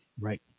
Right